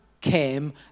came